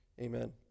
Amen